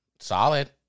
Solid